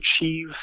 achieve